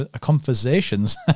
conversations